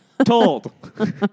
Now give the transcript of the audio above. told